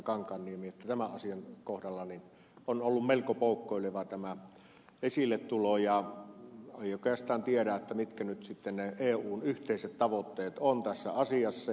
kankaanniemi että tämän asian kohdalla on ollut melko poukkoilevaa tämä esilletulo ja ei oikeastaan tiedä mitkä nyt sitten ne eun yhteiset tavoitteet ovat tässä asiassa